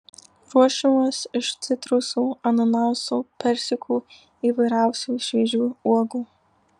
ruošiamas iš citrusų ananasų persikų įvairiausių šviežių uogų